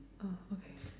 oh okay